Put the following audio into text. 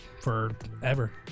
forever